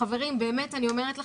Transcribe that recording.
חברים, באמת אני אומרת לכם,